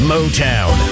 Motown